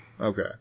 Okay